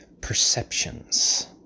perceptions